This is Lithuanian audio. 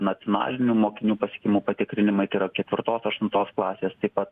nacionalinių mokinių pasiekimų patikrinimai tai yra ketvirtos aštuntos klasės taip pat